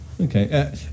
Okay